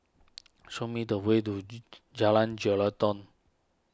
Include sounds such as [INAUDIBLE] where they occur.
show me the way to [UNINTELLIGIBLE] Jalan Jelutong